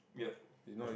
yup